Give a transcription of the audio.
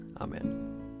amen